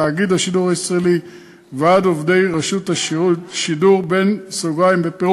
תאגיד השידור הישראלי וועד עובדי רשות השידור (בפירוק).